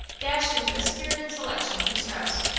dashed into a spirited selection from strauss.